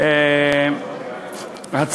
אדוני היושב-ראש,